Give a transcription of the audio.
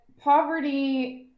poverty